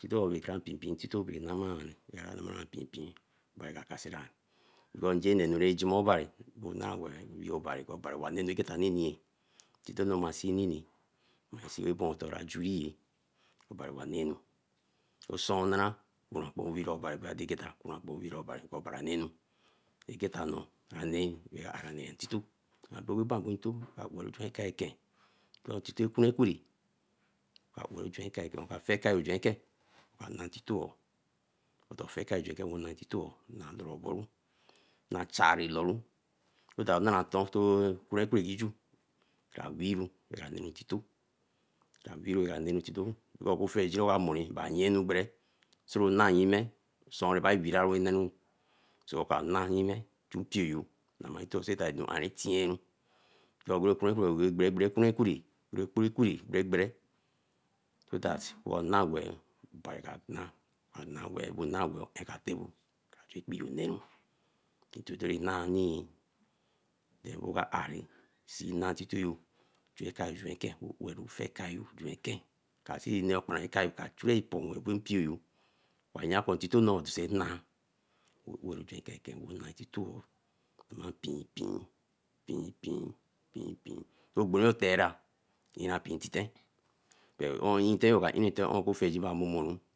Ntito bere kara pien pien bae nama ri, in namara pien pien obari kakasira because nje nanu rai jima obari oka wee obari ko obari owanenu agate nini eh ntito no masin nini masin botora in ajuri eh, obari na nenu. Osuun nara, weere obari wanenu, aqeta noo ara nee ntito, tin okin ban ntito, juan ekayo eken, oka fe kayo juen ekayo eken ona ntito oo odoro boru. Na chari looru so that nara nton okuo ekwere ki ju kra weeru ra kra neeru ntito, because oku afeigine wa owa mer wa yanu gbere, ro na nyime osuun eba weraru neeru. Oka na yime chu mpioyo nama ntito, so that wa na weeh, wo nah weeh kra kpenru chu kpee yo neru bae ntito ra nari oka kpee yo neru bae ntito ra nari oka ari see na ntito yoo, chu ekayo juen ken, ofe kayo juenke, a churi epo wen bo mpioyo wa yan ko ntito nee juenke na pien pien pien pien.